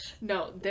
No